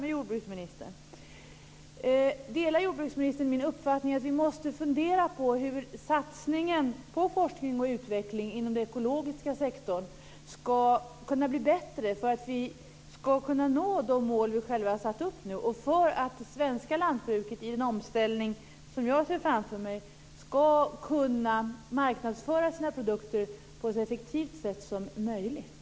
Delar jordbruksministern min uppfattning att vi måste fundera på hur satsningen på forskning och utveckling inom den ekologiska sektorn ska kunna bli bättre för att vi ska kunna nå de mål vi själva har satt upp, och för att det svenska lantbruket i en omställning som jag ser framför mig ska kunna marknadsföra sina produkter på ett så effektivt sätt som möjligt?